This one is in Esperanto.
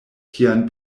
tian